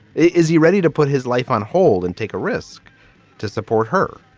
is he ready to put his life on hold and take a risk to support her?